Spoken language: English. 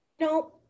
No